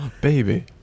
Baby